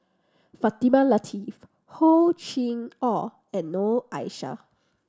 Fatimah Lateef Hor Chim Or and Noor Aishah